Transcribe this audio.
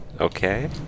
Okay